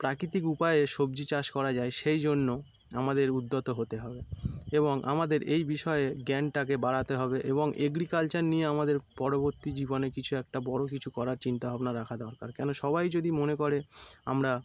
প্রাকৃতিক উপায়ে সবজি চাষ করা যায় সেই জন্য আমাদের উদ্যত হতে হবে এবং আমাদের এই বিষয়ে জ্ঞানটাকে বাড়াতে হবে এবং এগ্রিকালচার নিয়ে আমাদের পরবর্তী জীবনে কিছু একটা বড়ো কিছু করার চিন্তা ভাবনা রাখা দরকার কেন সবাই যদি মনে করে আমরা